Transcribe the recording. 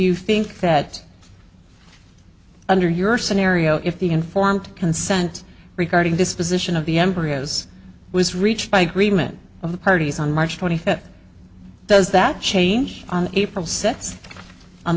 you think that under your scenario if the informed consent regarding disposition of the embryos was reached by greenman of the parties on march twenty fifth does that change on april sets on